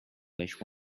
wish